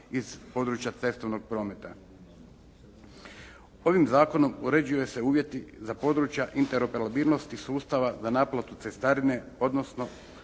iz područja cestovnog prometa. Ovim zakonom uređuju se uvjeti za područja interoperabilnosti sustava za naplatu cestarine odnosno